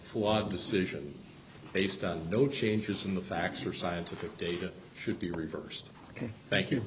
flawed decision based on no changes in the facts or scientific data should be reversed thank you